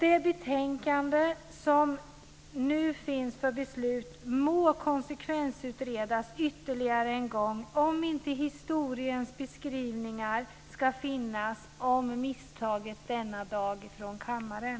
Det betänkande som nu föreligger för beslut må konsekvensutredas ytterligare en gång för att slippa historiens beskrivning av ett sådant misstag denna dag från kammaren.